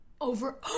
Over